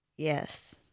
Yes